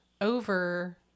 over